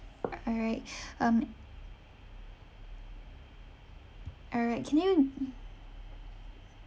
all right um all right can you